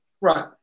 right